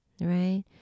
right